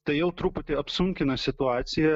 tai jau truputį apsunkina situaciją